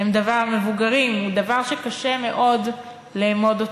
מבוגרים, הם דבר שקשה מאוד לאמוד אותו.